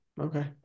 Okay